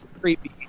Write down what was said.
creepy